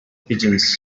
pigeons